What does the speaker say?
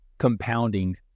Compounding